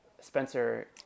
Spencer